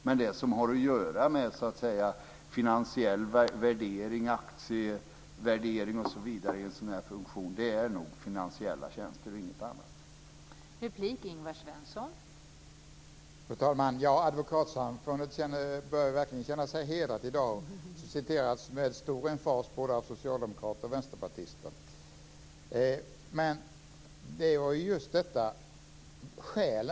Men det som rör finansiell värdering och aktievärdering i en sådan fusion är finansiella tjänster - ingenting annat.